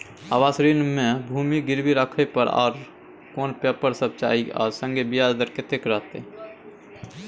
आवास ऋण म भूमि गिरवी राखै पर आर कोन पेपर सब चाही आ संगे ब्याज दर कत्ते रहते?